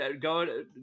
go